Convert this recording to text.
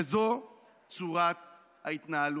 וזאת צורת ההתנהלות.